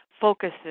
focuses